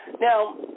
Now